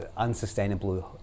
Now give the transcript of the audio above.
unsustainably